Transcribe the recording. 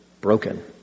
broken